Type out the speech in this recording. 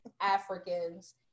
Africans